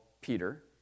Peter